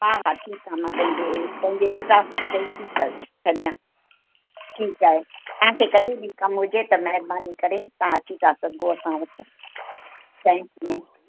हा हा ठीकु आहे मां पंहिंजे पंहिंजे स्टॉफ़ खे चई थी छ छॾियां ठीकु आहे तव्हांखे कॾहिं बि कम हुजे त महिरबानी करे तव्हां अची था सघो असां वटि थैंक यू